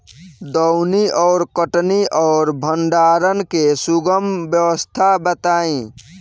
दौनी और कटनी और भंडारण के सुगम व्यवस्था बताई?